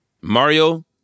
Mario